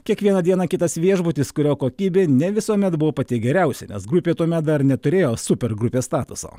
kiekvieną dieną kitas viešbutis kurio kokybė ne visuomet buvo pati geriausia nes grupė tuomet dar neturėjo super grupės statuso